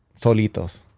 solitos